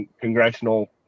congressional